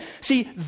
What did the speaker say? See